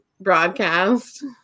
broadcast